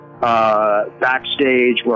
backstage